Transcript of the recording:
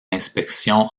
inspection